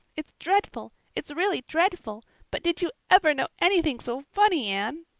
it's dreadful it's really dreadful but did you ever know anything so funny, anne?